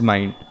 Mind